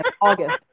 August